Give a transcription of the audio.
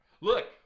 Look